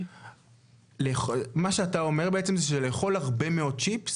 אתה אומר שלאכול הרבה מאוד צ'יפס